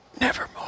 Nevermore